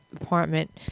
apartment